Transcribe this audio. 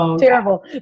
terrible